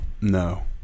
No